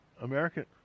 American